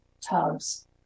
tubs